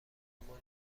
اما